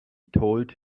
told